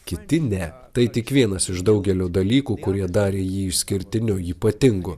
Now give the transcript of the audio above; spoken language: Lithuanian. kiti ne tai tik vienas iš daugelio dalykų kurie darė jį išskirtiniu ypatingu